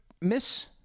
miss